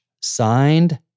signed